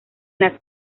las